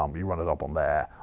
um you run it up on there,